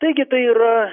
taigi tai yra